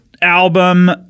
album